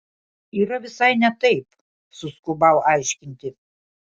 yra visai ne taip suskubau aiškinti